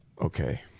Okay